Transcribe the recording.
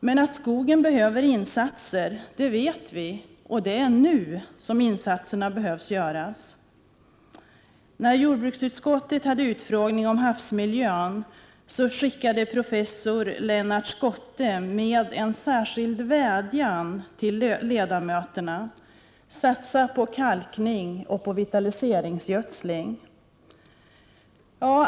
Men att skogen behöver insatser vet vi, och det är nu som insatserna behöver göras. När jordbruksutskottet hade utfrågning om havsmiljön skickade professor Lennart Schotte med en särskild vädjan till ledamöterna: Satsa på kalkning och på vitaliseringsgödsling!